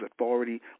authority